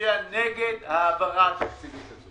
מצביע נגד ההעברה התקציבית הזאת.